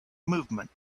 movement